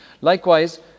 Likewise